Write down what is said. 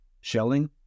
shelling